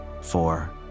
four